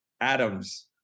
Adams